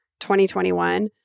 2021